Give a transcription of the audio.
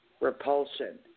repulsion